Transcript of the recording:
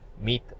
meet